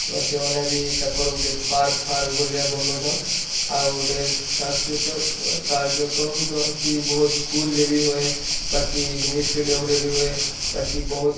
ପୁରା ସେମାନେ ବି ତାକର୍ ଗୁଟେ ପାର୍କ୍ ଫାର୍କ୍ ଭଲିଆ ବନଉଛନ୍ ଆଉ ଗୁଟେ ସାସ୍କୃତିକ୍ କାର୍ଯ୍ୟକ୍ରମ ରହେସି ବହୁତ୍ ସ୍କୁଲ୍ରେ ବି ହୁଏ ବାକି ମିନି ଷ୍ଟାଡ଼ିୟମ୍ରେ ବି ହୁଏ ବାକି ବହୁତ୍